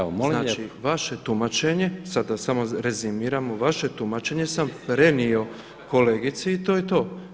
Vaše tumačenje, sad da samo rezimiramo, vaše tumačenje sam prenio kolegici i to je to.